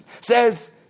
Says